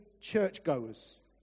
churchgoers